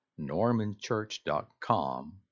normanchurch.com